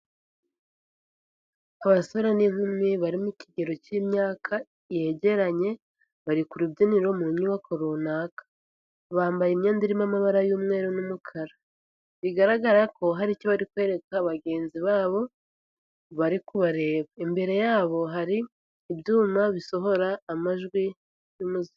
Abasore n'inkumi bari mu kigero cy'imyaka yegeranye, bari ku rubyiniro mu nyubako runaka, bambaye imyenda irimo amabara y'umweru n'umukara, bigaragara ko hari icyo bari kwereka bagenzi babo bari kubareba, imbere yabo hari ibyuma bisohora amajwi y'umuziki.